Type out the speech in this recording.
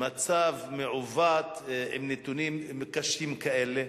מצב מעוות עם נתונים קשים כאלה?